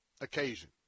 occasion